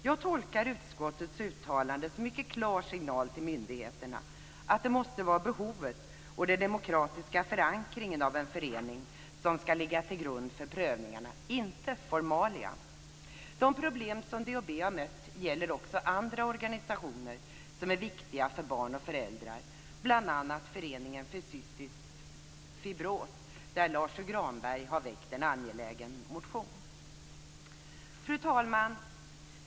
Jag tolkar utskottets uttalande som en mycket klar signal till myndigheterna att det måste vara behovet och den demokratiska förankringen av en förening som ska ligga till grund för prövningarna, inte formalia. De problem som DHB har mött gäller också några andra organisationer som är viktiga för barn och föräldrar, bl.a. Föreningen för cystisk fibros, som Lars U Granberg har väckt en angelägen motion om. Fru talman!